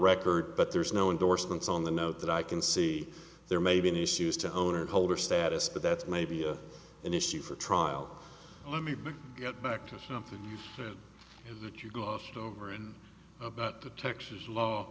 record but there's no endorsements on the note that i can see there may be an issue as to owner holder status but that's maybe a an issue for trial let me get back to something that you go over in about the texas law